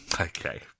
Okay